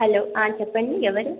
hello చెప్పండి ఎవరు